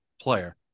player